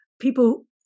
people